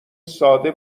ساده